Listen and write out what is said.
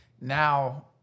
Now